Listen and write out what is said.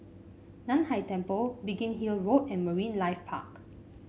Nan Hai Temple Biggin Hill Road and Marine Life Park